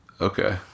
Okay